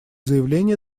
заявление